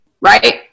right